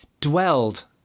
dwelled